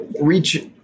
reach